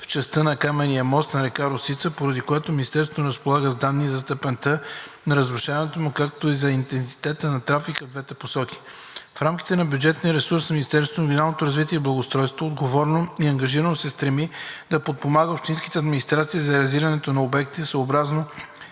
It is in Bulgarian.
в частта на каменния мост над река Росица, поради което Министерството не разполага с данни за степента на разрушаването му, както и за интензитета на трафика в двете посоки. В рамките на бюджетния си ресурс Министерството на регионалното развитие и благоустройството отговорно и ангажирано се стреми да подпомага общинските администрации за реализацията на обекти, съобразно